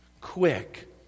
quick